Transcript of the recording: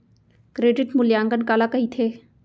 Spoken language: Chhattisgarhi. क्रेडिट मूल्यांकन काला कहिथे?